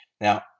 now